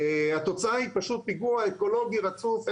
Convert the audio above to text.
התוצאה היא פשוט פיגוע אקולוגי רצוף,